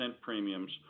premiums